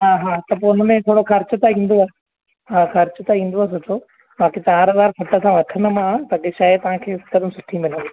हा हा त पोइ हुन में थोरो ख़र्च त ईंदव हा ख़र्च त ईंदव सुठो बाक़ी तार वार सुठे सां वठंदोमांव त शइ तव्हां खे सभु सुठी मिलंदी